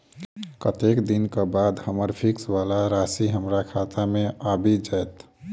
कत्तेक दिनक बाद हम्मर फिक्स वला राशि हमरा खाता मे आबि जैत?